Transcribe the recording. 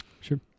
Sure